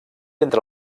entre